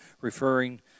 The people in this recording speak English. referring